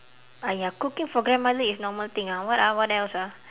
ah ya cooking for grandmother is normal thing ah what ah what else ah